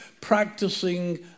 practicing